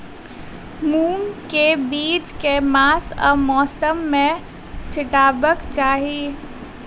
मूंग केँ बीज केँ मास आ मौसम मे छिटबाक चाहि?